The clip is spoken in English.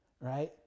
right